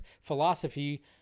philosophy